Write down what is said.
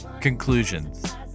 Conclusions